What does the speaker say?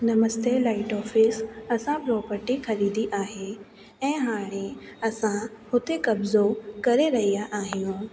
नमस्ते light office असां property ख़रीदी आहे ऐं हाणे असां हुते कबिजो करे रहिया आहियूं